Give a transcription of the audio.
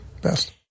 Best